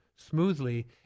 smoothly